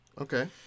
Okay